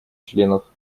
членов